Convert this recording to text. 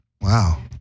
Wow